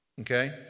Okay